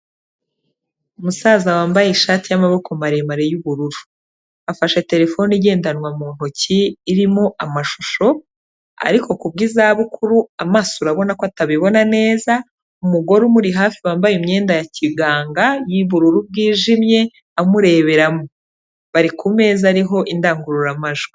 Umusaza wambaye ishati y'amaboko maremare y'ubururu. Afashe telefone igendanwa mu ntoki irimo amashusho, ariko kubw'izabukuru amaso urabona ko atabibona neza, umugore umuri hafi wambaye imyenda ya kiganga y'ubururu bwijimye amureberamo. Bari ku meza ariho indangururamajwi.